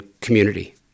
community